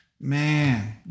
man